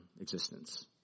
existence